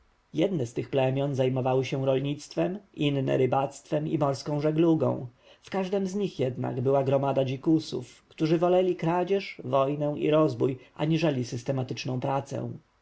jedne z tych plemion zajmowały się rolnictwem inne rybactwem i morską żeglugą w każdem z nich jednak była gromada dzikusów którzy woleli kradzież wojnę i rozbój aniżeli systematyczną pracę